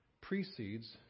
precedes